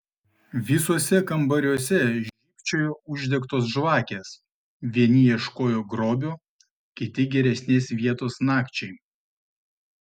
visuose kambariuose žybčiojo uždegtos žvakės vieni ieškojo grobio kiti geresnės vietos nakčiai